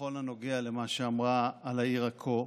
בכל הנוגע למה שאמרה על העיר עכו.